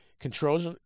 Controls